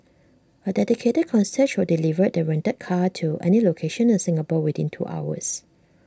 A dedicated concierge will deliver the rented car to any location in Singapore within two hours